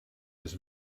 this